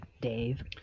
dave